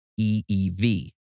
EEV